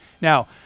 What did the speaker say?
Now